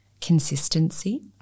Consistency